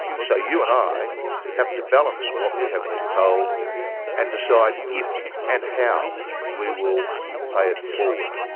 so you and i have to balance what we have been told and decide if and how we will pay it forward.